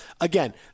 Again